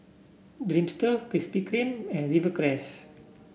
Dreamster Krispy Kreme and Rivercrest